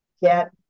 get